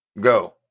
Go